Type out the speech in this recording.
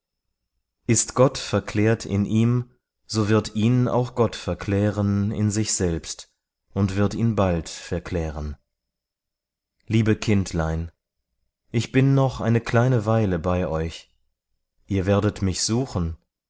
ist gott verklärt in ihm so wird ihn auch gott verklären in sich selbst und wird ihn bald verklären liebe kindlein ich bin noch eine kleine weile bei euch ihr werdet mich suchen